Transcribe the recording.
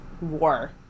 war